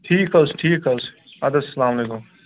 ٹھیٖک حظ چھُ ٹھیٖک حظ چھُ اَدٕ حظ السلام علیکُم